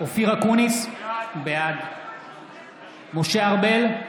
אופיר אקוניס, בעד משה ארבל,